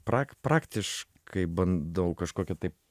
prak praktiškai bandau kažkokią taip